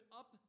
up